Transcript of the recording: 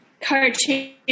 cartoon